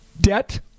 debt